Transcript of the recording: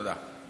תודה.